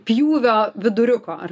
pjūvio viduriuko ar